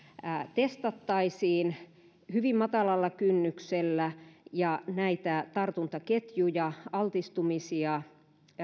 testattaisiin hyvin matalalla kynnyksellä ja tartuntaketjuja altistumisia